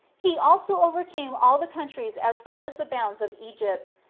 he also overcame all the countries as far as the bounds of egypt,